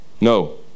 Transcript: No